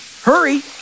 Hurry